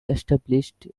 established